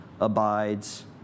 abides